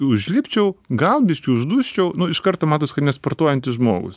užlipčiau gal biškį uždusčiau nu iš karto matos kad nesportuojantis žmogus